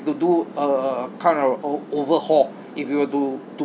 to do uh uh kind of a o~ overhaul if we were to to